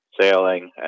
Sailing